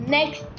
next